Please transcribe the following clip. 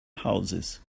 houses